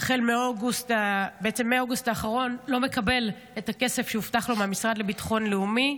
מאוגוסט האחרון לא מקבל את הכסף שהובטח לו מהמשרד לביטחון לאומי.